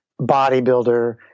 bodybuilder